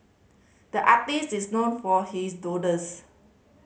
the artist is known for his doodles